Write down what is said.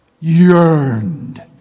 yearned